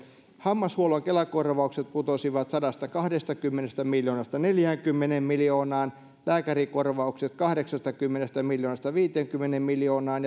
hammashuollon kela korvaukset putosivat sadastakahdestakymmenestä miljoonasta neljäänkymmeneen miljoonaan lääkärikorvaukset kahdeksastakymmenestä miljoonasta viiteenkymmeneen miljoonaan